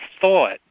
thought